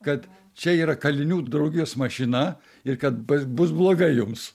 kad čia yra kalinių draugijos mašina ir kad bus blogai jums